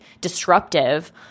disruptive